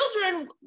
children